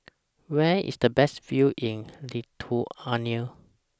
Where IS The Best View in Lithuania